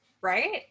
right